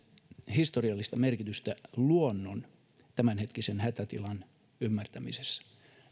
historiallista merkitystä luonnon tämänhetkisen hätätilan ymmärtämisessä